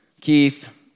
Keith